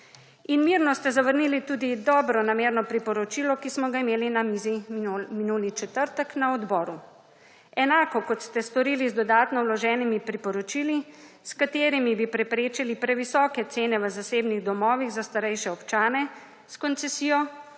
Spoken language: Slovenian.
mirno ste zavrnili tudi dobronamerno priporočilo, ki smo ga imeli na mizi minuli četrtek, na odboru. Enako, kot ste storili z dodatno vloženimi priporočili, s katerimi bi preprečili previsoke cene v zasebnih domovih za starejše občane, s koncesijo,